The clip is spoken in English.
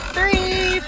Three